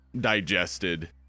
digested